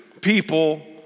people